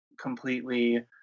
completely